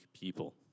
people